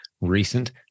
recent